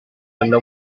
hanno